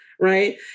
right